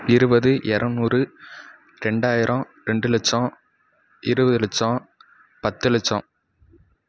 இருபது இரநூறு ரெண்டாயிரம் ரெண்டு லட்சம் இருபது லட்சம் பத்து லட்சம்